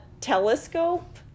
telescope